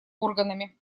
органами